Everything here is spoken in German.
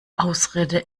ausrede